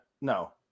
No